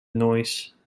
noise